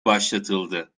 başlatıldı